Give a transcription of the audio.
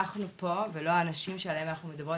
אנחנו פה ולא האנשים שעליהם אנחנו מדברים,